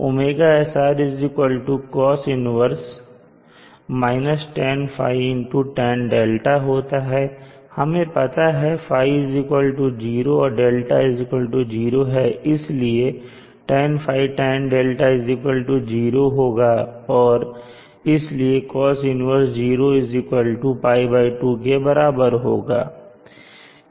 और ωsr cos 1 tanϕ tanδ होता है हमें पता ϕ0 और δ0 है इसलिए tanϕ tanδ0 होगा और इसलिए cos 1 π2 के बराबर होगा